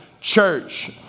church